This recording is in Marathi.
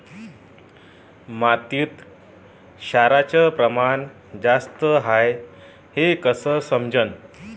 मातीत क्षाराचं प्रमान जास्त हाये हे कस समजन?